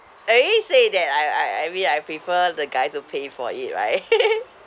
I already say that I I I mean I prefer the guy to pay for it right